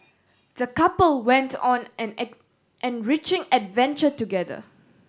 the couple went on an an enriching adventure together